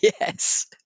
Yes